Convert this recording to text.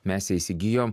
mes ją įsigijom